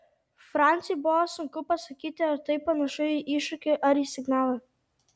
franciui buvo sunku pasakyti ar tai panašu į iššūkį ar į signalą